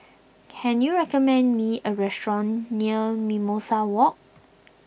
can you recommend me a restaurant near Mimosa Walk